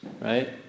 right